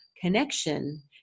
connection